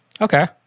Okay